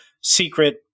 secret